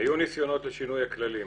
לשינוי הכללים,